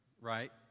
right